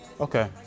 Okay